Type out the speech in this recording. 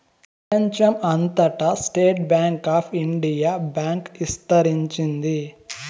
ప్రెపంచం అంతటా State Bank of India bank ఇస్తరించింది